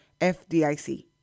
FDIC